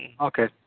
Okay